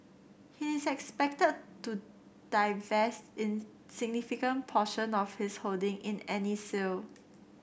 he is expected to divest in significant portion of his holding in any sale